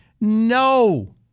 No